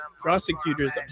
prosecutor's